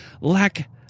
lack